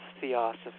theosophy